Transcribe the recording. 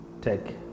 take